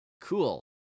cool